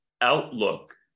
outlook